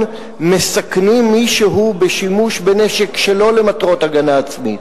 מסכנים מישהו בשימוש בנשק שלא למטרות הגנה עצמית.